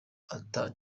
ata